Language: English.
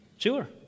Sure